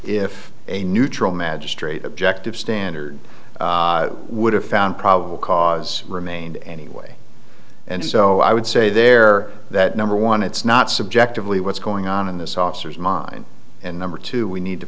if a neutral magistrate objective standard would have found probable cause remained anyway and so i would say there that number one it's not subjectively what's going on in this officer's mind and number two we need to